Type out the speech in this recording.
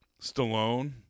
Stallone